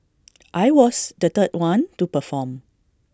I was the third one to perform